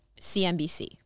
CNBC